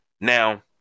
Now